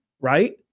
right